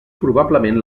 probablement